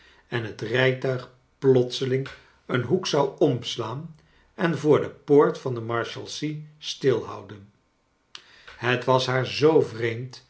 en het rijtuig plotseling een hoek zou omslaan en voor de poort van de marshalsea stib houden het was haar zoo vreemd